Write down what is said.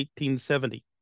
1870